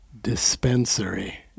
dispensary